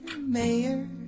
mayor